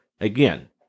Again